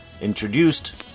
introduced